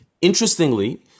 Interestingly